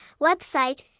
website